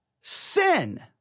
sin